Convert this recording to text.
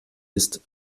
ist